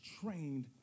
trained